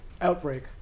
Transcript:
Outbreak